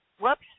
whoops